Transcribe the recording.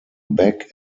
back